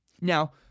Now